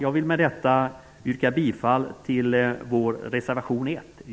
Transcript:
Jag vill med detta yrka bifall till vår reservation 1.